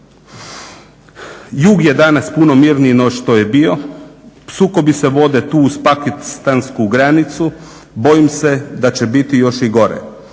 Jug je danas puno mirniji no što je bio. Sukobi se tu vode uz pakistansku granicu, bojim se da će biti još i gore.